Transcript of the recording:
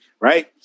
right